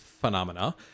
phenomena